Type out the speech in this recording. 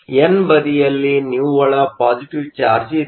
ಆದ್ದರಿಂದ ಎನ್ ಬದಿಯಲ್ಲಿ ನಿವ್ವಳ ಪಾಸಿಟಿವ್ ಚಾರ್ಜ್ ಇದೆ